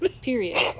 period